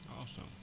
Awesome